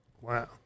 wow